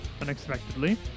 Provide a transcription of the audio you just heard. unexpectedly